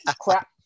crap